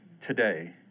today